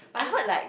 but there's a